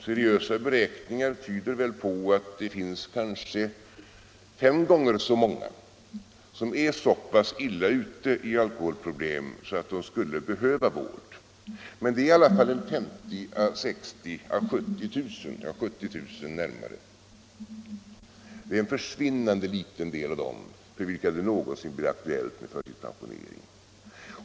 Seriösa beräkningar tyder på att det finns kanske fem gånger så många som är så pass illa ute i alkoholproblem att de skulle behöva vård. Men det är i alla fall en försvinnande liten del av de närmare 70 000 för vilka det någonsin blir aktuellt med förtidspensionering.